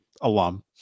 alum